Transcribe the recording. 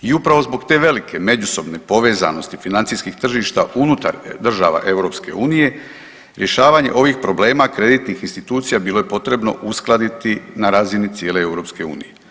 I upravo zbog te velike međusobne povezanosti financijskih tržišta unutar država EU rješavanje ovih problema kreditnih institucija bilo je potrebno uskladiti na razini cijele EU.